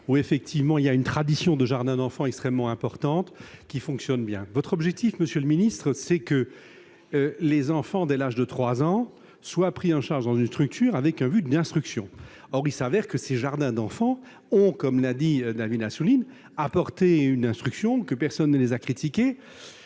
a effectivement une tradition de jardins d'enfants extrêmement importante. Ils fonctionnent bien. Votre objectif, monsieur le ministre, c'est que les enfants, dès l'âge de 3 ans, soient pris en charge dans une structure dans le but d'y recevoir une instruction. Or il s'avère que ces jardins d'enfants, comme l'a dit David Assouline, ont apporté cette instruction sans que personne les critique.